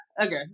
Okay